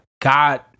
God